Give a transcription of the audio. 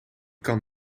kan